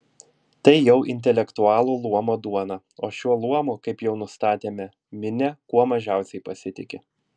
tai jau intelektualų luomo duona o šiuo luomu kaip jau nustatėme minia kuo mažiausiai pasitiki